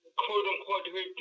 quote-unquote